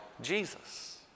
Jesus